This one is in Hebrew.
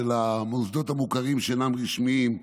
של המוסדות המוכרים שאינם רשמיים,